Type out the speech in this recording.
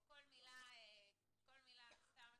כל מילה נוספת מקלקלת.